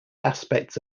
aspects